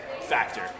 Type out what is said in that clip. factor